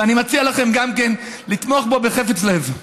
ואני מציע לכם גם כן לתמוך בו בחפץ לב.